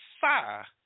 fire